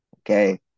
Okay